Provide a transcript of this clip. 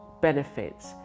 benefits